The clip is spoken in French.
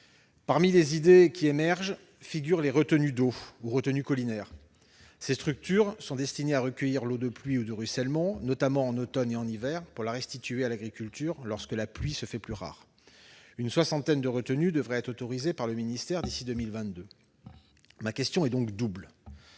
Parmi les idées qui émergent figurent les retenues d'eau, ou retenues collinaires. Ces structures sont destinées à recueillir l'eau de pluie et de ruissellement, notamment en automne et en hiver, pour la restituer à l'agriculture lorsque la pluie se fait plus rare. Une soixantaine de retenues devraient être autorisées par le ministère d'ici à 2022. Ma question est donc double